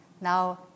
now